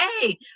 hey